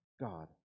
God